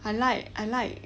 I like I like